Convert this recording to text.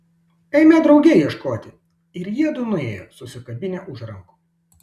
eime drauge ieškoti ir jiedu nuėjo susikabinę už rankų